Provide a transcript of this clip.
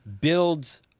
builds